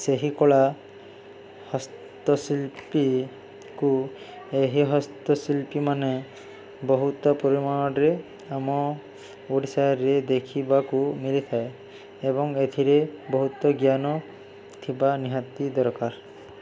ସେହି କଳା ହସ୍ତଶିଲ୍ପୀକୁ ଏହି ହସ୍ତଶିଲ୍ପୀମାନେ ବହୁତ ପରିମାଣରେ ଆମ ଓଡ଼ିଶାରେ ଦେଖିବାକୁ ମିିଲିଥାଏ ଏବଂ ଏଥିରେ ବହୁତ ଜ୍ଞାନ ଥିବା ନିହାତି ଦରକାର